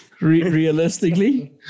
realistically